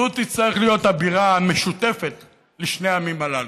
זו תצטרך להיות הבירה המשותפת לשני העמים הללו.